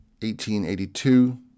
1882